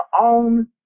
own